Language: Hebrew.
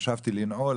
חשבתי לנעול,